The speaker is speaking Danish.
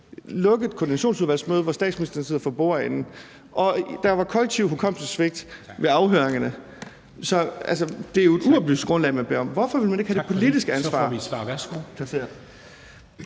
lukket koordinationsudvalgsmøde, hvor statsministeren sidder for bordenden. Og der var kollektivt hukommelsessvigt ved afhøringerne. Så altså, det er jo et uoplyst grundlag. Hvorfor vil man ikke have det politiske ansvar